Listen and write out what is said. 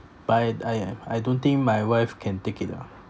but I I I don't think my wife can take it ah